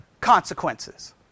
consequences